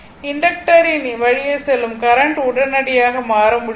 இண்டக்டரின் வழியே செல்லும் கரண்ட் உடனடியாக மாறாது